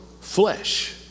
flesh